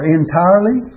entirely